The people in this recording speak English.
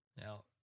Now